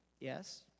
Yes